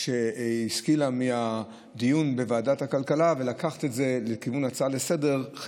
שהשכילה מהדיון בוועדת הכלכלה לקחת את זה לכיוון הצעה לסדר-היום,